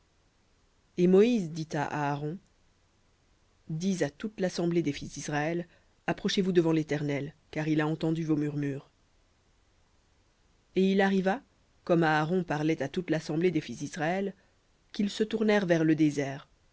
et moïse dit à aaron dis à toute l'assemblée des fils d'israël approchez-vous devant l'éternel car il a entendu vos murmures et il arriva comme aaron parlait à toute l'assemblée des fils d'israël qu'ils se tournèrent vers le désert